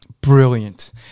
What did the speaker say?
Brilliant